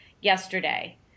yesterday